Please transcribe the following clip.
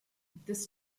this